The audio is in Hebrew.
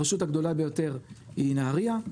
הרשות הגדולה ביותר היא נהריה.